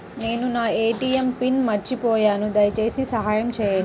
నేను నా ATM pin మర్చిపోయాను దయచేసి సహాయం చేయండి